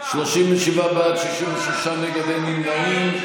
37 בעד, 66 נגד, אין נמנעים.